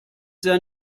sehr